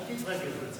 אל תתרגש, בצלאל.